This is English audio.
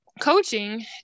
coaching